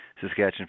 Saskatchewan